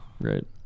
Right